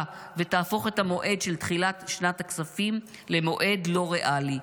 ותהפוך את המועד של תחילת שנת הכספים למועד לא ריאלי.